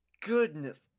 Goodness